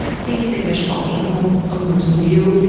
things they wish all animal owners knew,